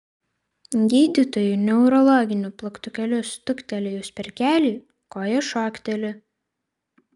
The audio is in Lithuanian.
gydytojui neurologiniu plaktukėliu stuktelėjus per kelį koja šokteli